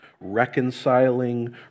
reconciling